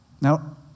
Now